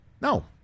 No